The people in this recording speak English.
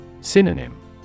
Synonym